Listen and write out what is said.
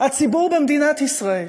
הציבור במדינת ישראל,